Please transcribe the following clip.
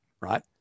right